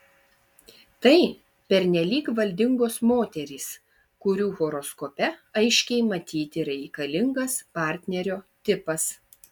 tai pernelyg valdingos moterys kurių horoskope aiškiai matyti reikalingas partnerio tipas